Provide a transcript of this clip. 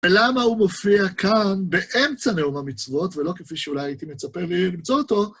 ולמה הוא מופיע כאן באמצע נאום המצוות, ולא כפי שאולי הייתי מצפה למצוא אותו,